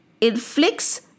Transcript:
inflicts